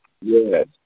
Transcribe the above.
Yes